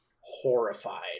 horrified